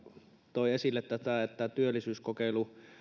toi esille tätä että työllisyyskokeilu